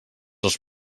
els